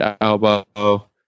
elbow